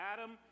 Adam